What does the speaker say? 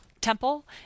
temple